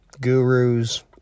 gurus